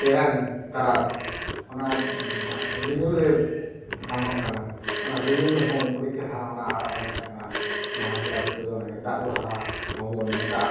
ᱛᱮᱨᱟᱝ ᱛᱟᱨᱟᱥ ᱚᱱᱟ ᱨᱤᱢᱤᱞ ᱨᱮ ᱰᱷᱟᱝᱚᱜ ᱠᱟᱱᱟ ᱚᱱᱟ ᱨᱤᱢᱤᱞ ᱨᱮ ᱦᱚᱸ ᱟᱹᱰᱤ ᱪᱮᱦᱨᱟ ᱚᱱᱟ ᱟᱨᱟᱜ ᱨᱚᱝ ᱛᱟᱦᱮᱸ ᱠᱟᱱᱟ ᱡᱟᱦᱟᱸ ᱜᱮ ᱟᱵᱚ ᱛᱮᱫᱚ ᱚᱱᱟᱜᱮ ᱫᱟᱜ ᱵᱟᱦᱟ ᱦᱚᱸ ᱵᱚᱱ ᱢᱮᱛᱟᱜᱟ